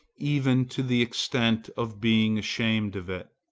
even to the extent of being ashamed of it.